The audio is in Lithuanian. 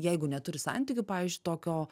jeigu neturi santykių pavyž tokio